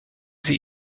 sie